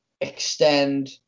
extend